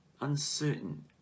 uncertain